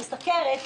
בסוכרת,